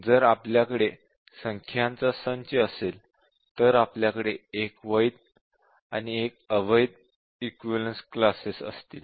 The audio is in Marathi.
जर आपल्याकडे संख्यांचा संच असेल तर आपल्याकडे 1 वैध आणि 1 अवैध इक्विवलेन्स क्लासेस असतील